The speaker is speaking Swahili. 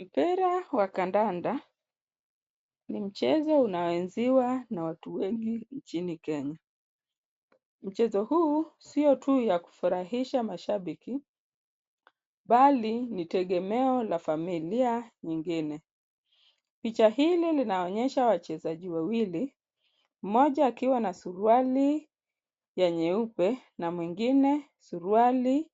Mpira wa kandanda ni mchezo unaoenziwa na watu wengi nchini Kenya. Mchezo huu sio tu ya kufurahisha mashabiki bali ni tegemeo la familia nyingine. Picha hili linaonyesha wachezaji wawili mmoja akiwa na suruali ya nyeupe na mwingine suruali